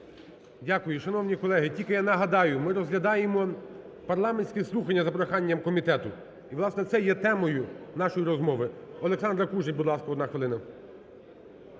Дякую. Шановні колеги, тільки я нагадаю, ми розглядаємо парламентські слухання за проханням комітету і, власне, це є темою нашої розмови. Олександра Кужель, будь ласка, одна хвилина.